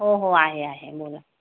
हो हो आहे आहे बोला